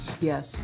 Yes